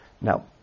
Now